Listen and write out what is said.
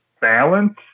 balance